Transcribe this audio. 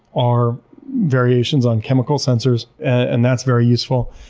are variations on chemical sensors, and that's very useful.